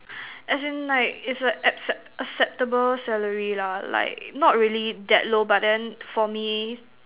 as in like it's a except~ acceptable salary lah like not really that low but then for me